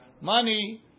money